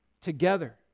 together